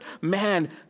man